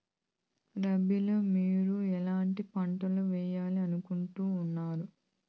రబిలో మీరు ఎట్లాంటి పంటలు వేయాలి అనుకుంటున్నారు?